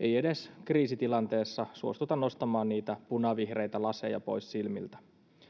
ei edes kriisitilanteessa suostuta nostamaan niitä punavihreitä laseja pois silmiltä